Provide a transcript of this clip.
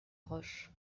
roche